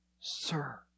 sir